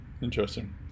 interesting